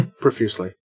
profusely